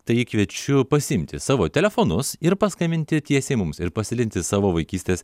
tai kviečiu pasiimti savo telefonus ir paskambinti tiesiai mums ir pasidalinti savo vaikystės